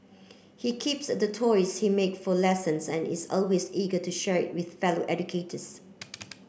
he keeps the toys he make for lessons and is always eager to share with fellow educators